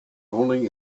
only